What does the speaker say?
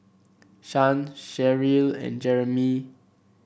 Shan Sherrill and Jeremie